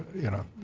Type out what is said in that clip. you know